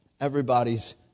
everybody's